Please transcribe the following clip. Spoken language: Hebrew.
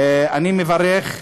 אני מברך,